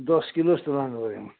दस किलो जस्तो लानुपऱ्यो